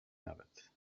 nawet